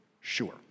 sure